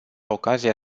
ocazia